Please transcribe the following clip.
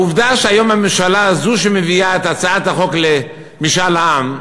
העובדה שהיום הממשלה היא זו שמביאה את הצעת החוק למשאל העם,